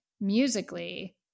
musically